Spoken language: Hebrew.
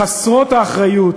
חסרות האחריות,